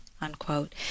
unquote